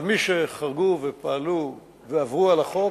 אבל מי שחרגו ופעלו ועברו על החוק,